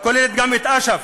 הכוללת גם את אש"ף,